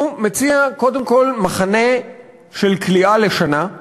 הוא מציע קודם כול מחנה של כליאה לשנה,